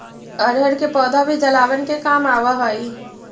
अरहर के पौधा भी जलावन के काम आवऽ हइ